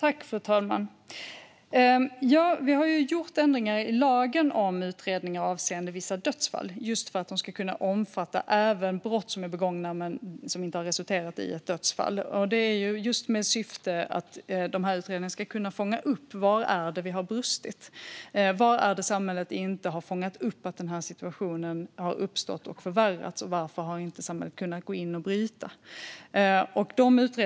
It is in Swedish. Fru talman! Vi har gjort ändringar i lagen om utredningar avseende vissa dödsfall just för att de ska kunna omfatta även brott som begåtts men som inte har resulterat i dödsfall. Syftet är att utredningarna ska kunna fånga upp var det har brustit och varför samhället inte har fångat upp att situationen har uppstått och förvärrats och inte har kunnat gå in och bryta den.